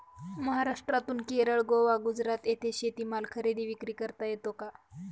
महाराष्ट्रातून केरळ, गोवा, गुजरात येथे शेतीमाल खरेदी विक्री करता येतो का?